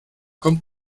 kommt